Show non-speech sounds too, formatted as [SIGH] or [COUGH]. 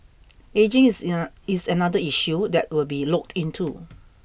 ageing is [HESITATION] is another issue that will be looked into